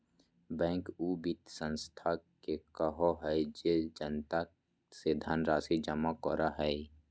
bank उ वित संस्था के कहो हइ जे जनता से धनराशि जमा करो हइ